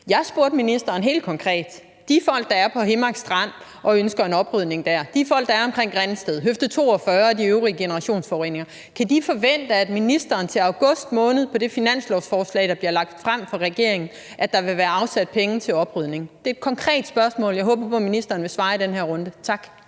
helt konkret ministeren: Kan de folk, der er på Himmark Strand, og som ønsker en oprydning der, og de folk, der er ved Græsted, høfde 42 og ved de øvrige generationsforureninger, forvente, at ministeren til august måned på det finanslovsforslag, der bliver lagt frem af regeringen, vil have afsat penge til oprydning? Det er et konkret spørgsmål. Jeg håber, at ministeren vil svare i den her runde. Tak.